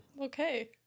Okay